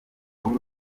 uhuru